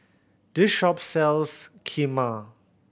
this shop sells Kheema